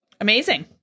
Amazing